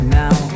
now